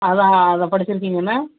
அதான் அதான் படிச்சுருக்கீங்க என்ன